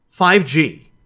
5G